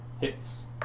Hits